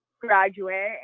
graduate